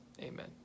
Amen